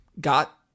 got